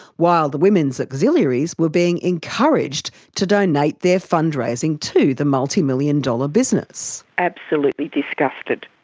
while the women's auxiliaries were being encouraged to donate their fundraising to the multimillion-dollar business. absolutely disgusted!